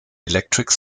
electric